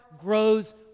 grows